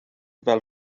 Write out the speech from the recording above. fel